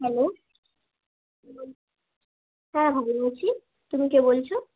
hello হ্যাঁ বলছি তুমি কে বলছ